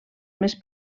més